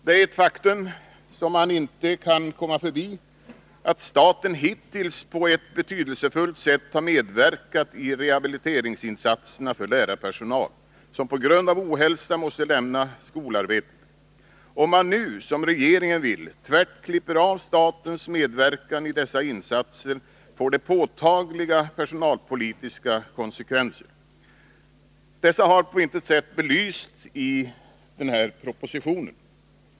Det är ett faktum som man inte kan komma förbi, att staten hittills på ett betydelsefullt sätt har medverkat i rehabiliteringsinsatserna för lärarpersonal som på grund av ohälsa måste lämna skolarbetet. Om man nu, som regeringen vill, tvärt klipper av statens medverkan i dessa insatser får det påtagliga personalpolitiska konsekvenser. Dessa har på intet sätt belysts i propositionen.